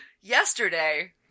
Yesterday